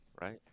right